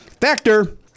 Factor